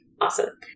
Awesome